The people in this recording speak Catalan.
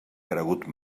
cregut